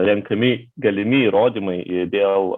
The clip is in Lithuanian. renkami galimi įrodymai dėl